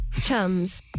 chums